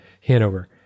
Hanover